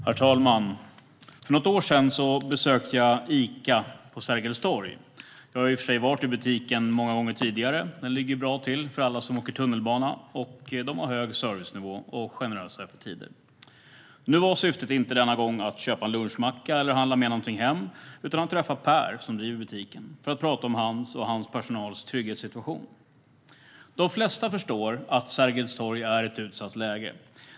Herr talman! För något år sedan besökte jag Ica på Sergels torg. Jag har i och för sig varit i butiken många gånger tidigare. Den ligger ju bra till för alla som åker tunnelbana, och de har hög servicenivå och generösa öppettider. Nu var inte syftet denna gång att köpa en lunchmacka eller handla med någonting hem, utan det var att träffa Per, som driver butiken, för att prata om hans och personalens trygghetssituation. De flesta förstår att Sergels torg är ett utsatt läge.